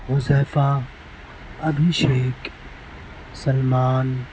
Huzaifa Abhishek Salman